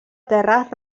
terres